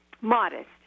modest